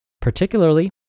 particularly